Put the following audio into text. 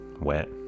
wet